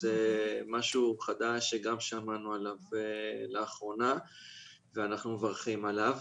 שזה משהו חדש שגם שמענו עליו לאחרונה ואנחנו מברכים עליו.